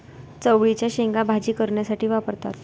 चवळीच्या शेंगा भाजी करण्यासाठी वापरतात